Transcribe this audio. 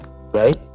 right